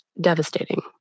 devastating